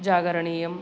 जागरणीयं